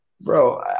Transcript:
Bro